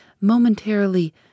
momentarily